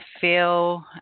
feel